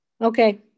Okay